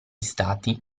stati